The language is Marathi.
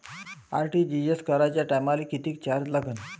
आर.टी.जी.एस कराच्या टायमाले किती चार्ज लागन?